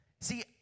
See